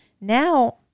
now